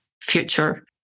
future